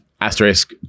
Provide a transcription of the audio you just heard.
asterisk